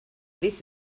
this